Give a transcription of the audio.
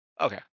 Okay